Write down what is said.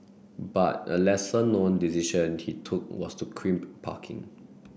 but a lesser known decision he took was to crimp parking